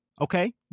Okay